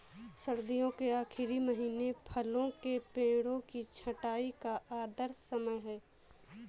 सर्दियों के आखिरी महीने फलों के पेड़ों की छंटाई का आदर्श समय है